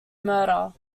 murder